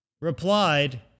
replied